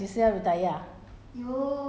我 then 你想你想做到几岁 ah